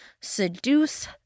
seduce